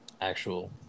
actual